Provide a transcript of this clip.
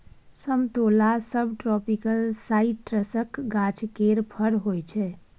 समतोला सबट्रापिकल साइट्रसक गाछ केर फर होइ छै